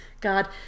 God